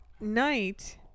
night